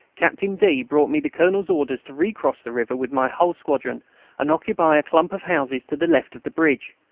captain d. brought me the colonel's orders to recross the river with my whole squadron and occupy a clump of houses to the left of the bridge.